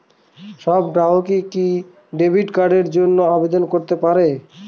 সব গ্রাহকই কি ডেবিট কার্ডের জন্য আবেদন করতে পারে?